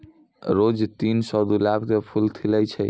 रोज तीन सौ गुलाब के फूल खिलै छै